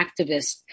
activists